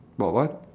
about what